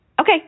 okay